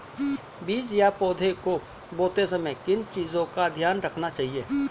बीज या पौधे को बोते समय किन चीज़ों का ध्यान रखना चाहिए?